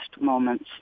moments